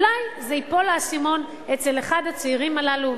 אולי ייפול האסימון אצל אחד הצעירים האלה,